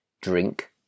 drink